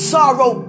Sorrow